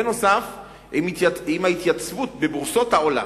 בנוסף, עם ההתייצבות בבורסות העולם,